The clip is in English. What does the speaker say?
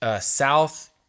South